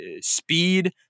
speed